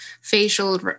facial